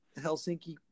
Helsinki